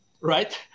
right